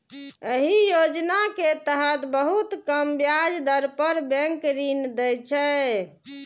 एहि योजना के तहत बहुत कम ब्याज दर पर बैंक ऋण दै छै